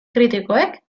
kritikoek